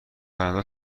کنندگان